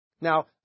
Now